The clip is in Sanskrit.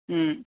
ह्म्